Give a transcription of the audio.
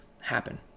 happen